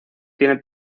tiene